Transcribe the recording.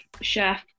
chef